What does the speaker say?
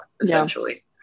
essentially